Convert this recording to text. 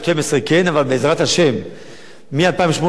מ-2018, כל המועצות האזוריות יהיו באותו יום.